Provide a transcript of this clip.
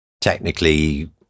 technically